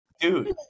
Dude